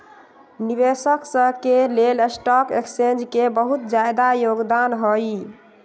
निवेशक स के लेल स्टॉक एक्सचेन्ज के बहुत जादा योगदान हई